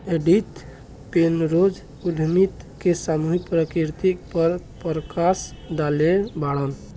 Edith Penrose उद्यमिता के सामूहिक प्रकृति पर प्रकश डलले बाड़न